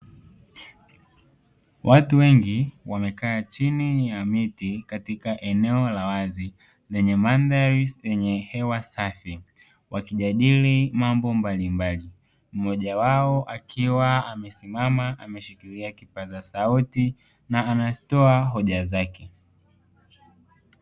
Watu wengi wamekaa chini ya miti katika eneo la wazi, lenye mandhari yenya hewa safi, wakijadili mambo mbalimbali. Mmoja wao akiwa amesimama ameshikilia kipaza sauti na anazitoa hoja zake.